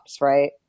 right